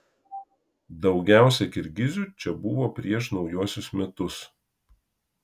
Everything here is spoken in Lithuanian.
daugiausiai kirgizių čia buvo prieš naujuosius metus